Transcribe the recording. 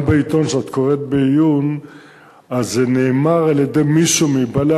גם בעיתון שאת קוראת בעיון זה נאמר על-ידי מישהו מבעלי